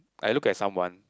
I look at someone